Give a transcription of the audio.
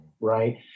Right